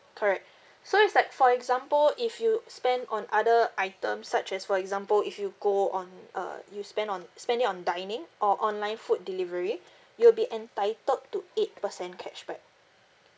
correct so it's like for example if you spend on other item such as for example if you go on uh you spend on spend it on dining or online food delivery you'll be entitled to eight percent cashback